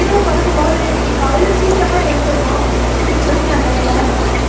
இரவு படுக்கும் போது இன்றைக்கி காலையில் சீக்கரமாக எழுந்தடணும் அப்படின் சொல்லி நான் நினப்பன்